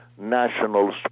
national